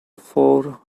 four